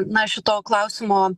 na šito klausimo